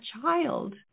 child